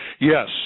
Yes